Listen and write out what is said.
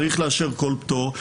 צריך לאשר כל פטור,